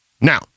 Now